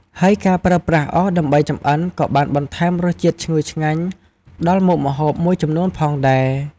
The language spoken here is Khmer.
ហើយការប្រើប្រាស់អុសដើម្បីចម្អិនក៏បានបន្ថែមរសជាតិឈ្ងុយឆ្ងាញ់ដល់មុខម្ហូបមួយចំនួនផងដែរ។